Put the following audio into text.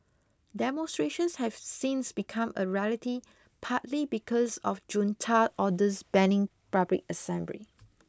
demonstrations have since become a rarity partly because of junta orders banning public assembly